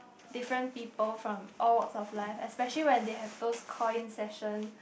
different people from all walks of life especially when they have those call in sessions